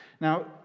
Now